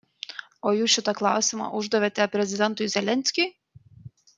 o jūs šitą klausimą uždavėte prezidentui zelenskiui